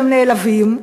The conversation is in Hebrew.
שהם נעלבים,